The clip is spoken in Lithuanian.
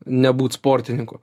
nebūt sportininku